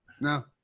no